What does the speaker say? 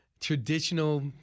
traditional